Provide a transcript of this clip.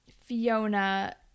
Fiona